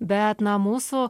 bet na mūsų